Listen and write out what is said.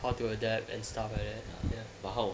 how to adapt and stuff like that ya